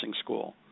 school